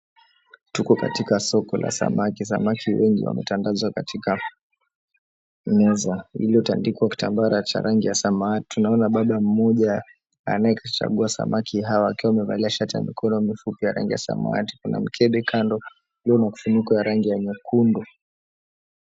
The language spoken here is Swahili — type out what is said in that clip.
Tuko katika soko la samaki, samaki wengi wametandazwa katika meza iliyotandikwa kitambara cha rangi ya samawati. Tunaona dada mmoja anayechagua samaki hawa akiwa amevalia shati ya mikono mifupi ya rangi ya samawati. Kuna mkebe kando ulio na kifiniko ya rangi ya nyekundu.